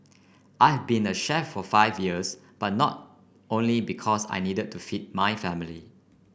I have been a chef for five years but not only because I needed to feed my family